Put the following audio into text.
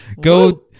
go